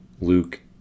Luke